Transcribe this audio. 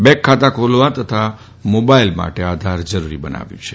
bank ખાતાં ખોલવા કે મોબાઇલ માટે આધાર જરૂરી બનાવ્યું છે